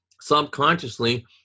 subconsciously